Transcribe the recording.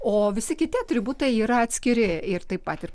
o visi kiti atributai yra atskiri ir taip pat ir